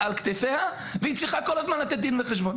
כתפיה והיא צריכה כל הזמן לתת דין וחשבון.